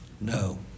no